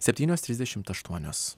septynios trisdešimt aštuonios